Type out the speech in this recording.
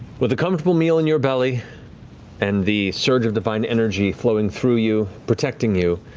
with a comfortable meal in your belly and the surge of divine energy flowing through you, protecting you,